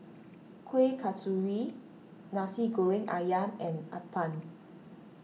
Kueh Kasturi Nasi Goreng Ayam and Appam